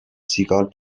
سیگال